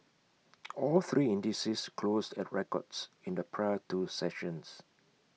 all three indices closed at records in the prior two sessions